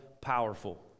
powerful